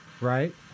right